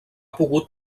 pogut